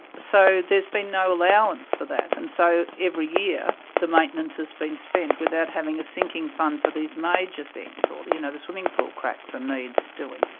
so there's been no allowance for that, and so every year, the maintenance has been spent without having a sinking fund for these major things or the you know the swimming pool cracks and needs doing.